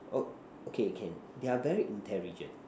oh okay can they're very intelligent